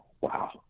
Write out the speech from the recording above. wow